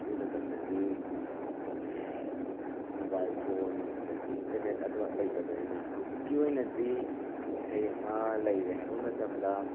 ꯑꯗꯨ ꯃꯇꯝꯗꯗꯤ mobile phone ꯑꯗꯒꯤ ꯏꯟꯇꯔꯅꯦꯠ ꯑꯗꯨ ꯂꯩꯇꯕꯅꯤꯅ ꯍꯧꯖꯤꯛꯀꯤ ꯑꯣꯏꯅꯗꯤ ꯏꯁꯩ ꯑꯃ ꯂꯩꯔꯦ ꯍꯥꯏꯕ ꯃꯇꯝꯗ